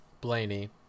Blaney